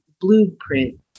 blueprint